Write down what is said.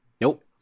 Nope